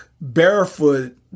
barefoot